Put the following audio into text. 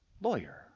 lawyer